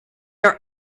are